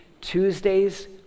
Tuesdays